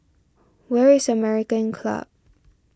where is American Club